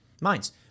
minds